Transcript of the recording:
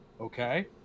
okay